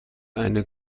eine